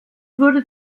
wurde